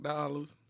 Dollars